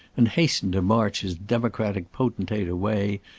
and hastened to march his democratic potentate away,